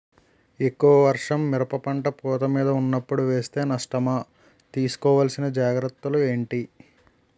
ఎక్కువ వర్షం మిరప పంట పూత మీద వున్నపుడు వేస్తే నష్టమా? తీస్కో వలసిన జాగ్రత్తలు ఏంటి?